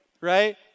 right